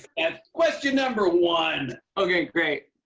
and question number one. okay, great.